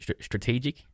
strategic